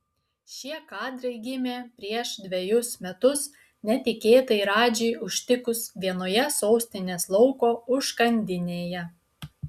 šie kadrai gimė prieš dvejus metus netikėtai radžį užtikus vienoje sostinės lauko užkandinėje